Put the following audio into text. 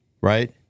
right